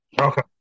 Okay